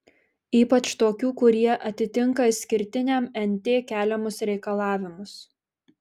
ypač tokių kurie atitinka išskirtiniam nt keliamus reikalavimus